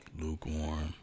Lukewarm